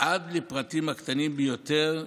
עד לפרטים הקטנים ביותר.